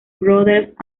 brothers